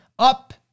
Up